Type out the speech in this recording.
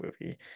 movie